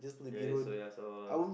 ya need soya sauce